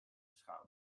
beschouwt